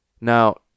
Now